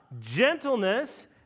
Gentleness